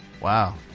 Wow